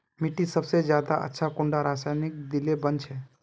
मिट्टी सबसे ज्यादा अच्छा कुंडा रासायनिक दिले बन छै?